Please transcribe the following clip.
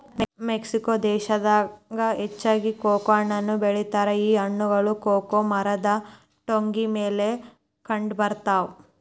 Mexico ದೇಶದಾಗ ಹೆಚ್ಚಾಗಿ cocoa ಹಣ್ಣನ್ನು ಬೆಳಿತಾರ ಈ ಹಣ್ಣುಗಳು ಕೊಕೊ ಮರದ ಟೊಂಗಿ ಮೇಲೆ ಕಂಡಬರ್ತಾವ